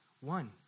One